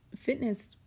fitness